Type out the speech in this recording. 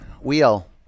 Wheel